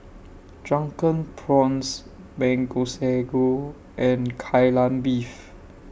Drunken Prawns Mango Sago and Kai Lan Beef